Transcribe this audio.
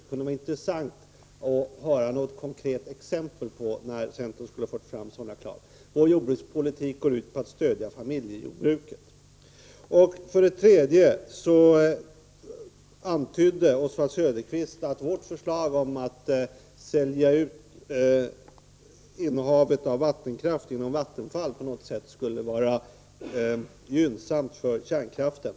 Det kunde vara intressant att få något konkret exempel på när centern skulle ha fört fram sådana krav. Vår jordbrukspolitik går ut på att stödja familjejordbruket. För det tredje antydde Oswald Söderqvist att vårt förslag om att sälja ut Vattenfalls innehav av vattenkraft skulle vara gynnsamt för kärnkraften.